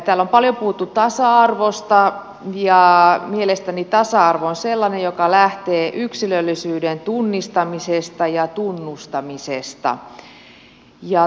täällä on paljon puhuttu tasa arvosta ja mielestäni tasa arvo on sellainen joka lähtee yksilöllisyyden tunnistamisesta ja tunnustamisesta